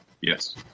Yes